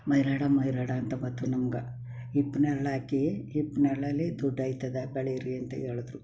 ಮೈರಾಡ ಮೈರಾಡ ಅಂತ ಬಂತು ನಮ್ಗೆ ಹಿಪ್ಪು ನೇರಳೆ ಹಾಕಿ ಹಿಪ್ಪು ನೇರಳೆಲಿ ದುಡ್ಡು ಆಯ್ತದ ಬೆಳೀರಿ ಅಂತ ಹೇಳಿದ್ರು